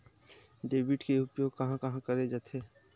Debit के उपयोग कहां कहा करे जाथे?